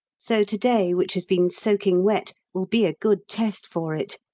so to-day, which has been soaking wet, will be a good test for it.